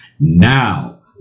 Now